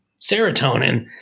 serotonin